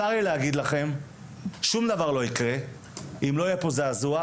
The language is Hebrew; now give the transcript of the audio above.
צר לי להגיד לכם: שום דבר לא יקרה אם לא יהיה פה זעזוע.